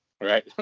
right